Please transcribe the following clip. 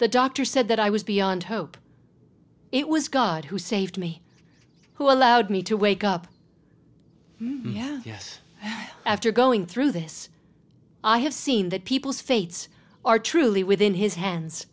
the doctor said that i was beyond hope it was god who saved me who allowed me to wake up yet after going through this i have seen that people's fates are truly within his hands